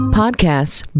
podcasts